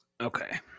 Okay